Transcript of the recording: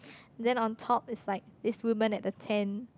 then on top is like this woman at the tent